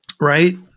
right